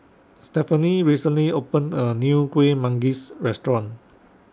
Stephanie recently opened A New Kuih Manggis Restaurant